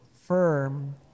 firm